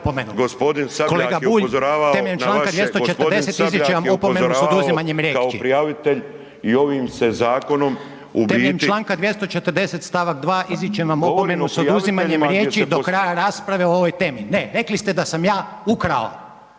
Kolega Bulj, temeljem čl. 240. izričem vam opomenu s oduzimanjem riječi. Temeljem Članka 240. stavak 2. Izričem vam opomenu s oduzimanjem riječi do kraja rasprave o ovoj temi. Ne, rekli ste da sam ja ukrao,